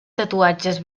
tatuatges